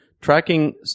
tracking